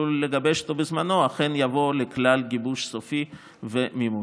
לגבש בזמנו אכן יבוא לכלל גיבוש סופי ומימוש.